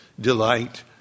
delight